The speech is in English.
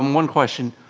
um one question.